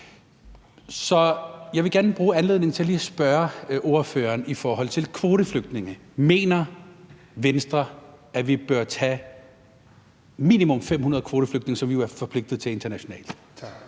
Så jeg vil gerne bruge anledningen til lige at spørge ordføreren om kvoteflygtninge: Mener Venstre, at vi bør tage minimum 500 kvoteflygtninge, som vi jo er forpligtet til internationalt?